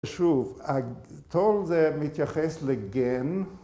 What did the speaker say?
‫שוב, הטול זה מתייחס לגן.